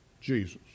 Jesus